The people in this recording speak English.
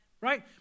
right